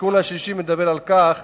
התיקון השלישי מדבר על כך